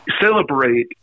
celebrate